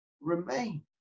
remain